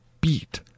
beat